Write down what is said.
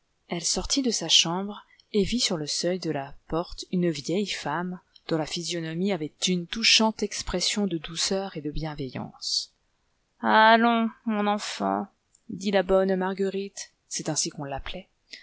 elle sortit de sa chambre et vit sur le seuil de la porte une vieille femme dont la physionomie avait une expression de douceur et de bienveillance allons mon enfant dit la bonne marguerite